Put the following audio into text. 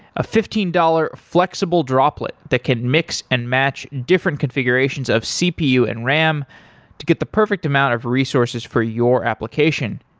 a fifteen dollars flexible droplet that can mix and match different configurations of cpu and ram to get the perfect amount of resources for your application.